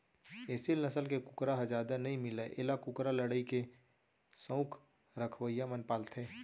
एसील नसल के कुकरा ह जादा नइ मिलय एला कुकरा लड़ई के सउख रखवइया मन पालथें